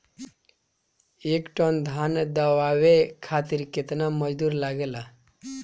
एक टन धान दवावे खातीर केतना मजदुर लागेला?